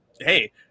hey